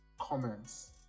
comments